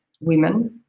women